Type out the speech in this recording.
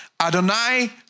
adonai